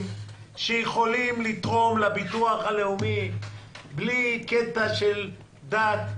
שיכולים לתרום לביטוח הלאומי בלי קטע של דת,